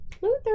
Luther